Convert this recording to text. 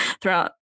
throughout